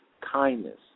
kindness